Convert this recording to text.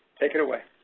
take it away.